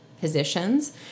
positions